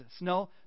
No